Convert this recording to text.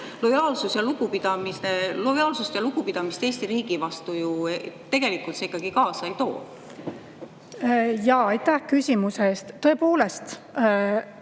Lojaalsust ja lugupidamist Eesti riigi vastu see ju tegelikult ikkagi kaasa ei too. Aitäh küsimuse eest! Tõepoolest,